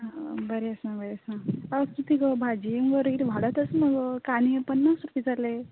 आं बरें आसा बरें आसा आयज कितें गो भाजी म्हणून कितें वाडत आसा मुगो कांदे पन्नास रुपया जाले